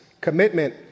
commitment